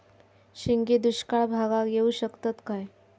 शेंगे दुष्काळ भागाक येऊ शकतत काय?